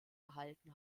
erhalten